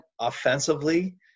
offensively